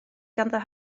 ganddo